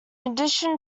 addition